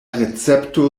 recepto